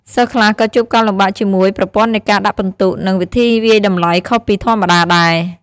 សិស្សខ្លះក៏ជួបការលំបាកជាមួយប្រព័ន្ធនៃការដាក់ពិន្ទុ និងវិធីវាយតម្លៃខុសពីធម្មតាដែរ។